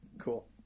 Cool